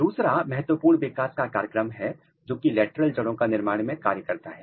दूसरा महत्वपूर्ण विकास का कार्यक्रम है जो कि लेटरल जड़ों के निर्माण में कार्य करता है